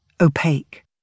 opaque